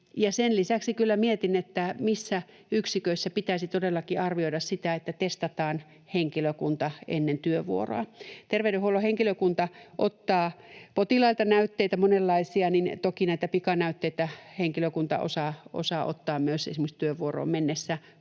Sen lisäksi kyllä mietin, että yksiköissä pitäisi todellakin arvioida sitä, että testataan henkilökunta ennen työvuoroa. Tervey-denhuollon henkilökunta ottaa potilailta monenlaisia näytteitä, joten toki näitä pikanäytteitä henkilökunta osaa ottaa myös esimerkiksi työvuoroon mentäessä,